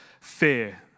fear